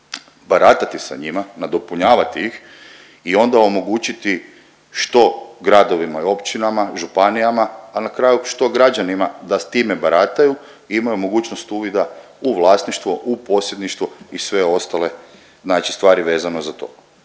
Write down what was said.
baratati sa njima, nadopunjavati ih i onda omogućiti što gradovima i općinama, županijama, a na kraju što građanima da s time barataju i imaju mogućnost uvida u vlasništvo, u posjedništvo i sve ostale znači stvari vezano za to.